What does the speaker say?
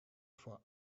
for